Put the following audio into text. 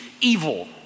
evil